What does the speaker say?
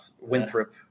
Winthrop